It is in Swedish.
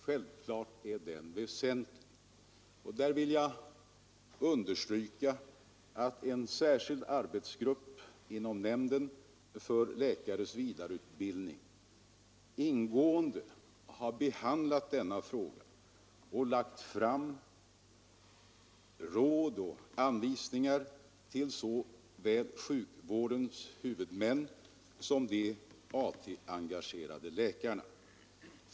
Självfallet är den väsentlig, och jag vill understryka att en särskild arbetsgrupp inom nämnden för läkares vidareutbildning ingående har behandlat denna fråga och lagt fram råd och anvisningar till såväl sjukvårdshuvudmännen som de AT-engagerade läkarna.